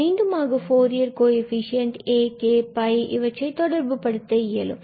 மீண்டுமாக ஃபூரியர் கோஎஃபிசியண்டுகள் ak and இவற்றை தொடர்புபடுத்த இயலும்